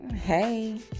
hey